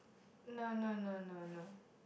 no no no no no